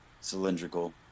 cylindrical